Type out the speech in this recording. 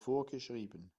vorgeschrieben